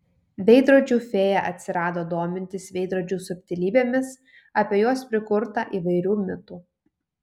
veidrodžių fėja atsirado domintis veidrodžių subtilybėmis apie juos prikurta įvairių mitų